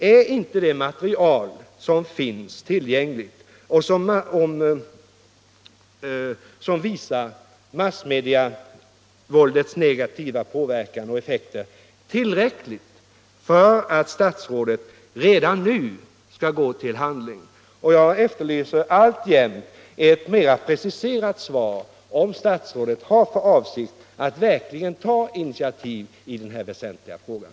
Är inte det material som finns tillgängligt och som visar massmediavåldets negativa påverkan och effekter tillräckligt för att statsrådet redan nu skall gå till handling? Jag efterlyser alltjämt ett mera preciserat svar på frågan om statsrådet har för avsikt att verkligen ta initiativ i den här väsentliga frågan.